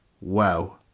wow